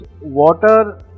water